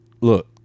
look